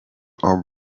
are